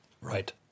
Right